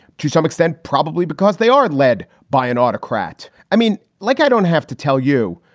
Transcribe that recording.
to some extent, probably because they are led by an autocrat. i mean, like i don't have to tell you,